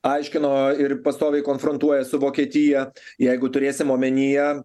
aiškino ir pastoviai konfrontuoja su vokietija jeigu turėsim omenyje